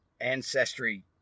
Ancestry